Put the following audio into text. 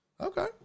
Okay